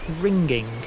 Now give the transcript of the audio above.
ringing